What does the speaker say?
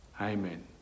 Amen